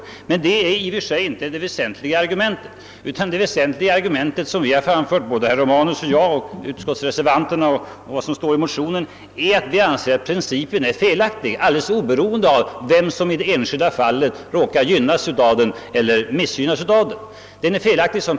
Detta är emellertid i och för sig inte det väsentligaste argumentet utan det är — såsom framhållits både av utskottsreservanterna och motionärerna — att principen är felaktig alldeles oberoende av vem som i det enskilda fallet råkar bli gynnad eller missgynnad av den.